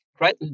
right